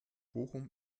bochum